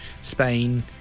Spain